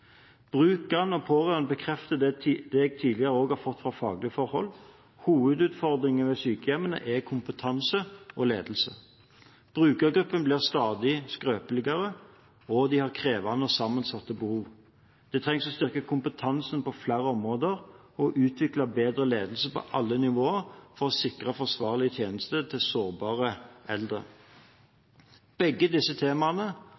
og pårørende bekrefter det jeg tidligere har fått fra faglig hold. Hovedutfordringene ved sykehjemmene er kompetanse og ledelse. Brukergruppene blir stadig skrøpeligere, og de har krevende og sammensatte behov. Det trengs å styrke kompetansen på flere områder og utvikle bedre ledelse på alle nivåer for å sikre forsvarlige tjenester til sårbare eldre. Begge disse temaene